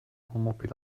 wohnmobil